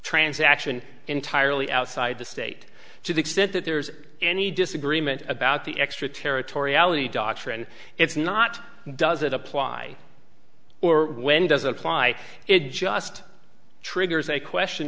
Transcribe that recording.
transaction entirely outside the state to the extent that there's any disagreement about the extraterritoriality doctrine if not does it apply or when does apply it just triggers a question